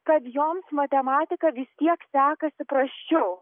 kad joms matematika vis tiek sekasi prasčiau